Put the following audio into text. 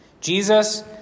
Jesus